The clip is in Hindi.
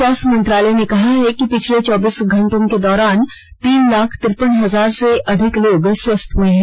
स्वास्थ्य मंत्रालय ने कहा है कि पिछले चौबीस घंटों के दौरान तीन लाख तिरपन हजार से अधिक लोग स्वस्थ्य हए हैं